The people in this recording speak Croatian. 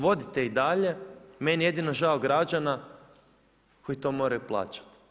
Vodite i dalje, meni je jedino žao građana koji to moraju plaćati.